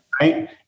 Right